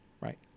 Right